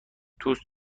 دوست